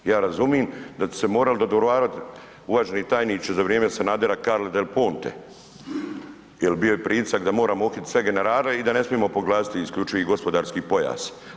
Ja razumijem da ste se morali dodvoravati uvaženi tajniče za vrijeme Sanadera Carli Del Ponte jer bio je pritisak da moramo uhititi sve generale i da ne smijemo proglasiti isključivi gospodarski pojas.